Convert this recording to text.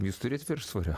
jūs turit viršsvorio